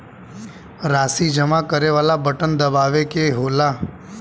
राशी जमा करे वाला बटन दबावे क होला